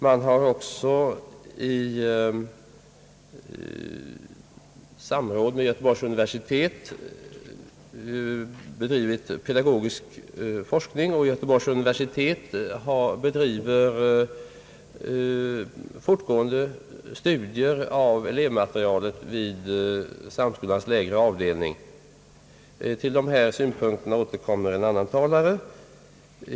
Man har också i samråd med Göteborgs universitet bedrivit pedagogisk forskning, och universitetet bedriver fortgående studier av elevmaterialet vid Samskolans lägre avdelning. Till dessa synpunkter återkommer emellertid en annan talare.